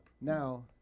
Now